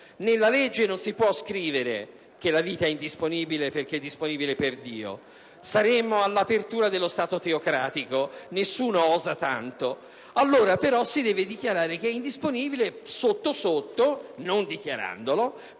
Nella legge non si può scrivere che la vita è indisponibile perché è disponibile per Dio; saremmo all'apertura dello Stato teocratico e nessuno osa tanto. Si deve allora dichiarare che è indisponibile perché - sotto sotto, non dichiarandolo